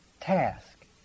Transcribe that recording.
task